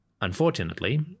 Unfortunately